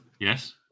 Yes